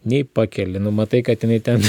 nei pakeli nu matai kad jinai ten